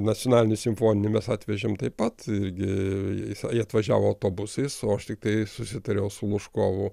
nacionalinį simfoninį mes atvežėm taip pat irgi jisai atvažiavo autobusais o aš tiktai susitariau su lužkovu